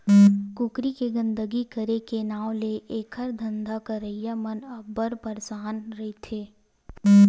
कुकरी के गंदगी करे के नांव ले एखर धंधा करइया मन अब्बड़ परसान रहिथे